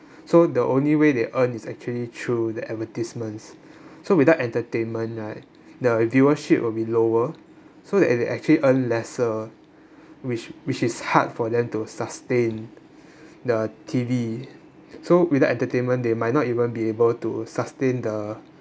so the only way they earn is actually through the advertisements so without entertainment right the viewership will be lower so that they actually earn lesser which which is hard for them to sustain the T_V so without entertainment they might not even be able to sustain the